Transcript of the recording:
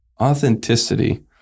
Authenticity